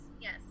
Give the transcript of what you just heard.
Yes